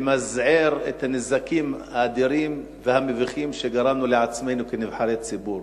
למזער את הנזקים האדירים והמביכים שגרמנו לעצמנו כנבחרי ציבור.